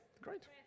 Great